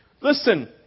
Listen